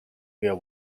are